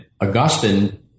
Augustine